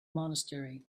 monastery